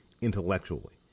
intellectually